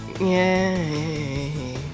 Yay